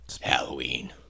Halloween